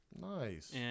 Nice